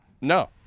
No